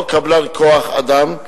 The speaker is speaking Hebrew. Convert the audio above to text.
או קבלן כוח-אדם,